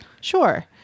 Sure